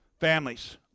Families